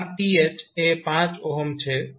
RTh એ 5 છે